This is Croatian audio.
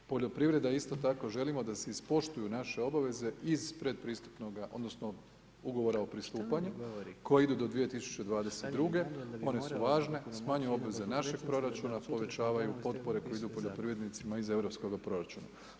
Poljoprivreda isto tako želimo da se ispoštuju naše obaveze iz predpristupnoga, odnosno ugovora o pristupanju koji idu do 2022. one su važne, smanjuju obveze našeg proračuna, a povećavaju potpore koje idu poljoprivrednicima iz europskoga proračuna.